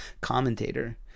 commentator